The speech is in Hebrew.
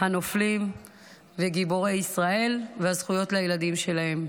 הנופלים וגיבורי ישראל וזכויות הילדים שלהן.